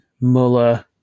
muller